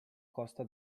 costa